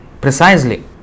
precisely